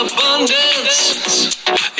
Abundance